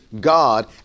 God